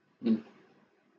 mm